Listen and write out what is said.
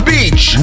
Beach